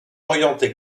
orientée